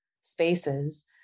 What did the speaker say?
spaces